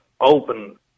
open